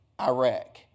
Iraq